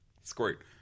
Squirt